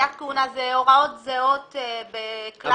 פקיעת כהונה, אלה הוראות זהות בכלל החקיקה.